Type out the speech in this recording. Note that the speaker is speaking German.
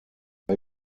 bei